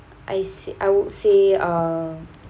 I see I would say uh